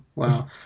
Wow